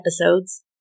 episodes